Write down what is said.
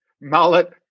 mullet